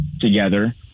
together